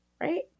Right